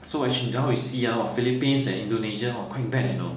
so actually now we see !wah! philippines and indonesia !wah! quite bad you know